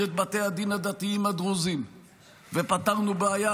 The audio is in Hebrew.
את בתי הדין הדתיים הדרוזיים ופתרנו בעיה,